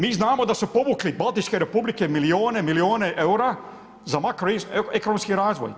Mi znamo da su povukle Baltičke republike milione i milione eura za makro ekonomski razvoj.